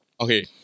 okay